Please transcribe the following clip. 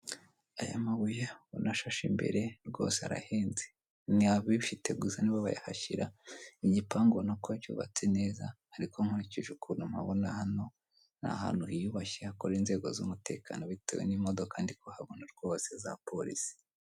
Aya mabuye ubona ashashe imbere rwose arahenze ni abifite gusa nibo bayahashyira, ni igipangu ubona ko cyubatse neza ariko nkurukije ukuntu mpabona hano ni ahantu hiyubashye hakorera inzego z'umutekano bitwe n'imodoka ndi kuhabona rwose za polisi.